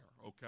okay